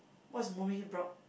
what's movie block